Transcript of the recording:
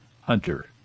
Hunter